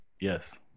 Yes